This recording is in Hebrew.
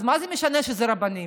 אז מה זה משנה שזה רבנים?